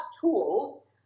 tools